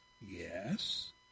yes